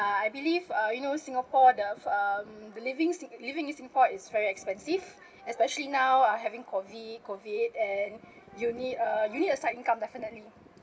I believe uh you know singapore the f~ um living living in singapore is very expensive especially now uh having COVID COVID and you need a you need a side income definitely